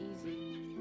easy